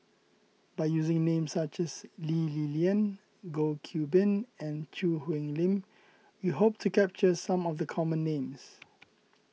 by using names such as Lee Li Lian Goh Qiu Bin and Choo Hwee Lim we hope to capture some of the common names